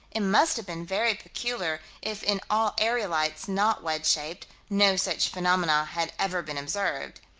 it must have been very peculiar, if in all aerolites not wedge-shaped, no such phenomenon had ever been observed.